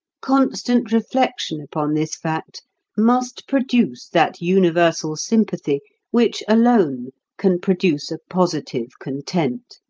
constant reflection upon this fact must produce that universal sympathy which alone can produce a positive content.